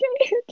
okay